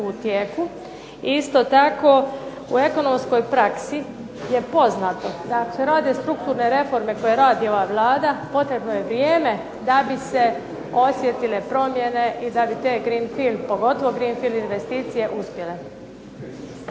u tijeku. I isto tako u ekonomskoj praksi je poznato kad se rade strukturne reforme koje radi ova Vlada potrebno je vrijeme da bi se osjetile promjene i da bi te greenfield investicije uspjele.